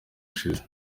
ushize